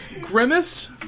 Grimace